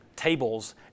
tables